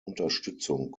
unterstützung